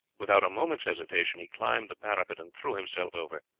without a moment's hesitation he climbed the parapet and threw himself over.